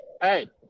Hey